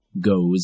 goes